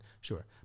sure